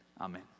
Amen